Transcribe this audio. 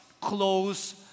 close